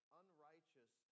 unrighteous